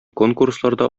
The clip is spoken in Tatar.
конкурсларда